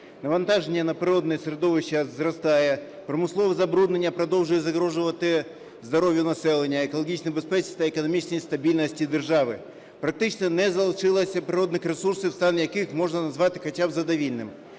навантаження на природне середовище зростає, промислове забруднення продовжує загрожувати здоров'ю населення, екологічній безпеці та економічній стабільності держави. Практично не залишилося природних ресурсів, стан яких можна назвати хоча б задовільним.